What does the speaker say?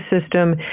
system